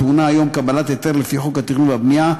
טעונה היום קבלת היתר לפי חוק התכנון והבנייה,